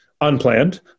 Unplanned